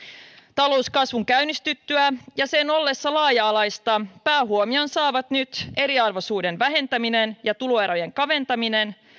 talouskasvun käynnistyttyä ja sen ollessa laaja alaista päähuomion saavat nyt eriarvoisuuden vähentäminen ja tuloerojen kaventaminen